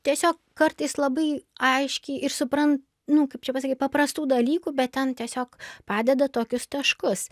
tiesiog kartais labai aiškiai ir supran nu kaip čia pasakyt paprastų dalykų bet ten tiesiog padeda tokius taškus